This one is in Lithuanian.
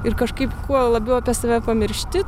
ir kažkaip kuo labiau apie save pamiršti